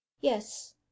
yes